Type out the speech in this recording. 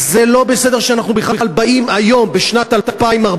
זה לא בסדר שאנחנו בכלל באים היום, בשנת 2014,